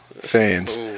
fans